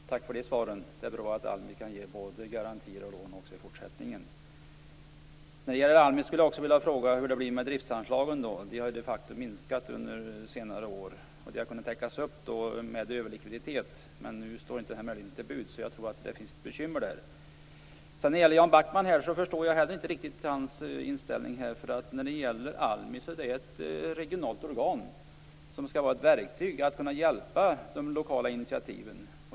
Herr talman! Tack för de svaren. Det är bra att ALMI kan ge både garantier och lån också i fortsättningen. När det gäller ALMI skulle jag också vilja fråga hur det blir med driftsanslagen. De har ju minskat under senare år. De har kunnat täckas upp med överlikviditet, men nu står inte den möjligheten till buds. Jag tror att det blir bekymmer. Jag förstår inte heller Jan Backmans inställning. ALMI är ett regionalt organ som skall vara ett verktyg att hjälpa de lokala initiativen.